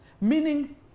Meaning